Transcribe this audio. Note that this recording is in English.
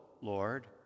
Lord